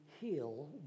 heal